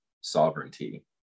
sovereignty